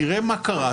תראה מה קרה,